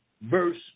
verse